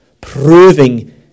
proving